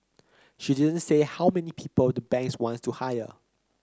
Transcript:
she didn't say how many people the banks wants to hire